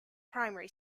primary